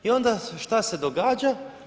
I onda šta se događa?